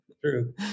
True